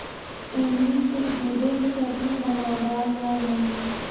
इमली के गुदे से चटनी बनावाल जा हई